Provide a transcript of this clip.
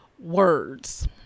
words